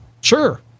sure